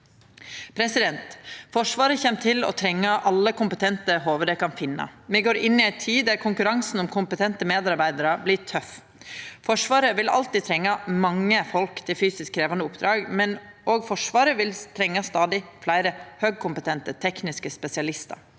Stortinget. Forsvaret kjem til å trenga alle kompetente hovud dei kan finna. Me går inn i ei tid då konkurransen om kompetente medarbeidarar blir tøff. Forsvaret vil alltid trenga mange folk til fysisk krevjande oppdrag, men Forsvaret vil òg trenga stadig fleire høgkompetente tekniske spesialistar.